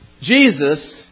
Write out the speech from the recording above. Jesus